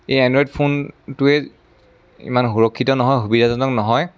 এই এনড্ৰইদ ফোনটোৱে ইমান সুৰক্ষিত নহয় সুবিধাজনক নহয়